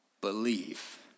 believe